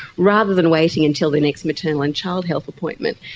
rather than waiting until the next maternal and child health appointment.